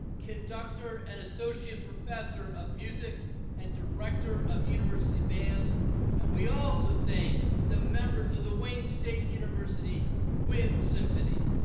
conductor and associate professor of music and director of university bands and we also thank the members of the wayne state university wind symphony.